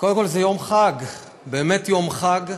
קודם כול, זה יום חג, באמת יום חג.